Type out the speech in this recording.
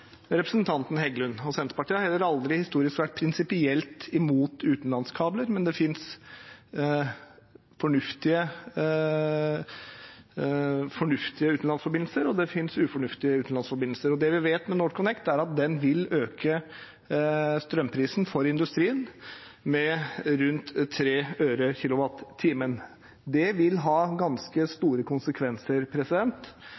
representanten Heggelund. Senterpartiet har heller aldri historisk vært prinsipielt imot utenlandskabler – det finnes fornuftige utenlandsforbindelser, og det finnes ufornuftige utenlandsforbindelser. Det vi vet med NorthConnect, er at den vil øke strømprisen for industrien med rundt 3 øre/kWh. Det vil ha ganske